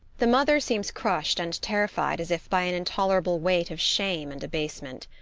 the mother seems crushed and terrified as if by an in tolerable weight of shame and abasement.